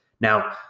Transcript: Now